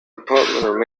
department